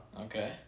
Okay